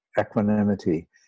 equanimity